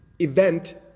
event